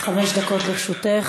חמש דקות לרשותך.